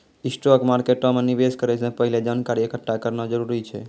stock मार्केटो मे निवेश करै से पहिले जानकारी एकठ्ठा करना जरूरी छै